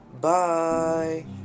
Bye